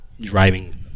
driving